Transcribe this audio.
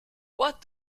what